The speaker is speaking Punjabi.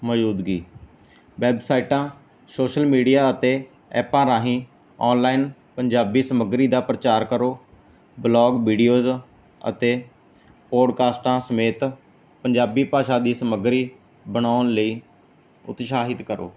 ਮੌਜੂਦਗੀ ਵੈਬਸਾਈਟਾਂ ਸੋਸ਼ਲ ਮੀਡੀਆ ਅਤੇ ਐਪਾਂ ਰਾਹੀਂ ਆਨਲਾਈਨ ਪੰਜਾਬੀ ਸਮੱਗਰੀ ਦਾ ਪ੍ਰਚਾਰ ਕਰੋ ਵਲੋਗ ਵੀਡੀਓਜ ਅਤੇ ਪੋਡਕਾਸਟਾਂ ਸਮੇਤ ਪੰਜਾਬੀ ਭਾਸ਼ਾ ਦੀ ਸਮੱਗਰੀ ਬਣਾਉਣ ਲਈ ਉਤਸ਼ਾਹਿਤ ਕਰੋ